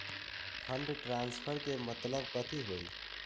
Fund transfer के मतलब कथी होई?